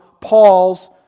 Paul's